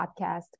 podcast